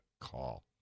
call